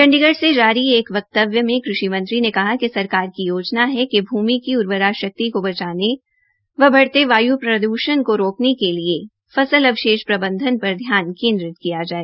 चंडीगढ़ से जारी एक वक्तव्य में कृषि मंत्री ने कहा कि सरकार की योजना है कि भूमि की उर्वरा शक्ति को बचाने व बढ़ते वाय् प्रद्रषण को रोकने के लिए फसल अवशेष प्रबंधन पर ध्यान केन्द्रित किया जाए